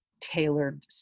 tailored